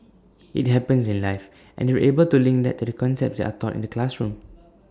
IT happens in life and they're able to link that to the concepts that are taught in the classroom